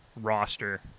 roster